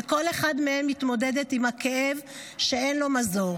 וכל אחת מהן מתמודדת עם כאב שאין לו מזור.